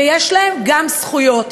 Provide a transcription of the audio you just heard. ויש להם גם זכויות.